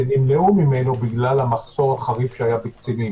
שנמנעו ממנו בגלל המחסור החריף שהיה בקצינים.